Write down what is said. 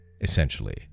essentially